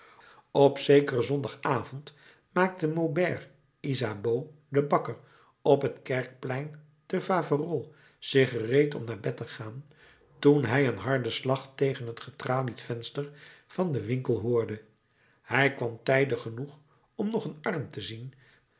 op zekeren zondagavond maakte maubert isabeau de bakker op het kerkplein te faverolles zich gereed om naar bed te gaan toen hij een harden slag tegen het getralied venster van den winkel hoorde hij kwam tijdig genoeg om nog een arm te zien